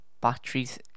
batteries